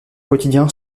quotidien